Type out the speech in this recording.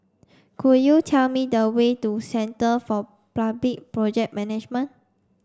could you tell me the way to Centre for Public Project Management